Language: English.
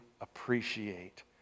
appreciate